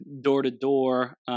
door-to-door